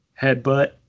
Headbutt